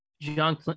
john